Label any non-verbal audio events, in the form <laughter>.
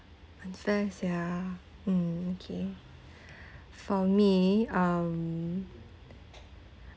unfair sia mm okay <breath> for me um